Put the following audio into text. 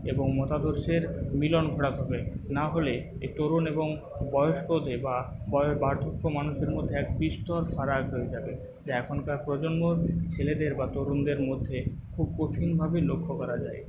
এবং মতাদর্শের মিলন ঘটাতে হবে নাহলে এই তরুণ এবং বয়স্কদের বা বার্ধক্য মানুষদের মধ্যে এক বিস্তর ফারাক রয়ে যাবে এখনকার প্রজন্ম ছেলেদের মধ্যে বা তরুণদের মধ্যে খুব কঠিনভাবে লক্ষ্য করা যায়